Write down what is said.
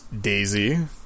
Daisy